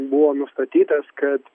buvo nustatytas kad